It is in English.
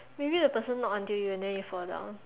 maybe the person knock until you fall down